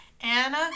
Anna